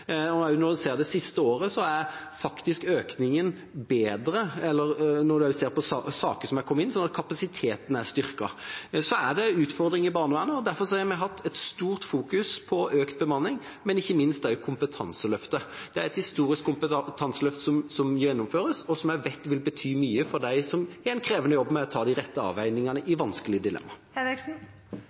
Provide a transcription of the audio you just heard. Når man ser på det siste året, når vi ser på saker som er kommet inn, er kapasiteten styrket. Så er det utfordringer i barnevernet. Derfor har vi fokusert mye på økt bemanning og ikke minst også på kompetanseløftet. Det er et historisk kompetanseløft som gjennomføres, og som jeg vet vil bety mye for dem som har en krevende jobb med å ta de rette avveiningene i